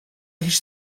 hiç